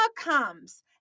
comes